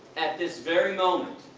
at this very moment,